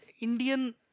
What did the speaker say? Indian